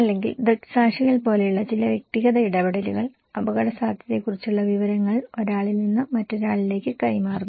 അല്ലെങ്കിൽ ദൃക്സാക്ഷികൾ പോലെയുള്ള ചില വ്യക്തിഗത ഇടപെടലുകൾ അപകടസാധ്യതയെക്കുറിച്ചുള്ള വിവരങ്ങൾ ഒരാളിൽ നിന്ന് മറ്റൊരാളിലേക്ക് കൈമാറുന്നു